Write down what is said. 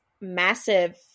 massive